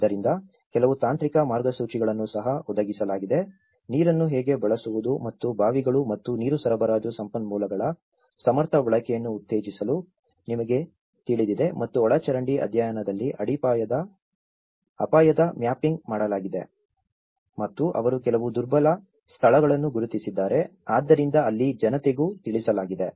ಆದ್ದರಿಂದ ಕೆಲವು ತಾಂತ್ರಿಕ ಮಾರ್ಗಸೂಚಿಗಳನ್ನು ಸಹ ಒದಗಿಸಲಾಗಿದೆ ನೀರನ್ನು ಹೇಗೆ ಬಳಸುವುದು ಮತ್ತು ಬಾವಿಗಳು ಮತ್ತು ನೀರು ಸರಬರಾಜು ಸಂಪನ್ಮೂಲಗಳ ಸಮರ್ಥ ಬಳಕೆಯನ್ನು ಉತ್ತೇಜಿಸಲು ನಿಮಗೆ ತಿಳಿದಿದೆ ಮತ್ತು ಒಳಚರಂಡಿ ಅಧ್ಯಯನದಲ್ಲಿ ಅಪಾಯದ ಮ್ಯಾಪಿಂಗ್ ಮಾಡಲಾಗಿದೆ ಮತ್ತು ಅವರು ಕೆಲವು ದುರ್ಬಲ ಸ್ಥಳಗಳನ್ನು ಗುರುತಿಸಿದ್ದಾರೆ ಆದ್ದರಿಂದ ಅಲ್ಲಿ ಜನತೆಗೂ ತಿಳಿಸಲಾಗಿದೆ